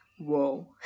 Whoa